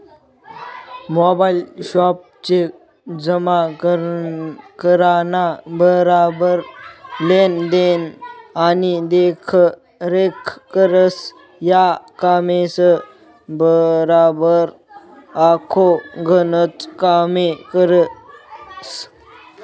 mobile app check जमा कराना बराबर लेन देन आणि देखरेख करस, या कामेसबराबर आखो गनच कामे करस